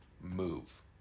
move